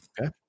Okay